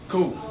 Cool